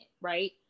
right